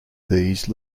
these